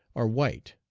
are white.